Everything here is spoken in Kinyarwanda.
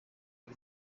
ari